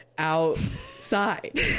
outside